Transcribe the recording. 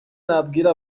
nabwira